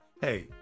hey